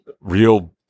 real